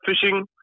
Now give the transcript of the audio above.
fishing